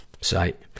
site